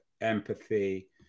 empathy